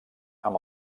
amb